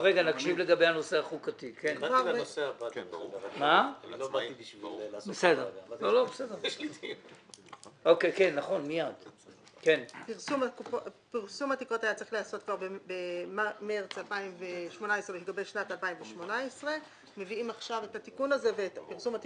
לגבי שנת 2018. מביאים עכשיו את התיקון הזה ולמעשה